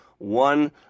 One